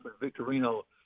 Victorino